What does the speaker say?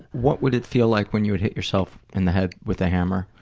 what would it feel like when you would hit yourself in the head with a hammer?